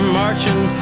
marching